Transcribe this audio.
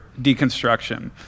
deconstruction